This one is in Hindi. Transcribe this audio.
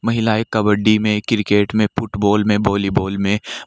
महिलाएँ कबड्डी में किरकेट में फुटबोल में बोलीबोल में